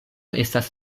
estas